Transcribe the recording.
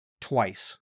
twice